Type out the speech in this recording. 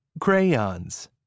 crayons